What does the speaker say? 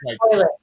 toilet